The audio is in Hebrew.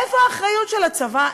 איפה האחריות של הצבא?